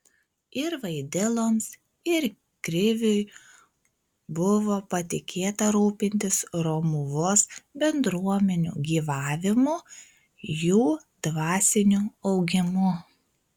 ir vaidiloms ir kriviui buvo patikėta rūpintis romuvos bendruomenių gyvavimu jų dvasiniu augimu